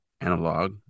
analog